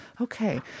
Okay